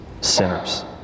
sinners